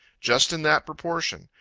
just in that proportion,